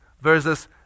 versus